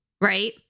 right